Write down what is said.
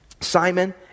Simon